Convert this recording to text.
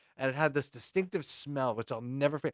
and it had this distinctive smell, which i'll never forget.